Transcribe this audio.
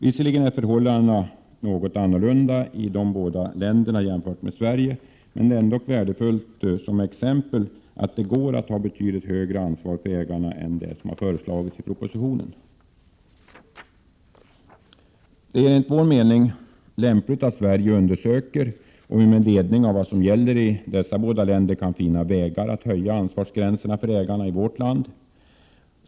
Visserligen är förhållandena något annorlunda i dessa båda länder jämfört med Sverige, men de är ändock värdefulla exempel på att det går att ha betydligt högre ansvarighet för ägarna än vad som föreslås i propositionen. Det är enligt vår mening lämpligt att Sverige undersöker om vi med ledning av vad som gäller i dessa båda länder kan finna vägar att höja ansvarsgränserna för ägarna i vårt land.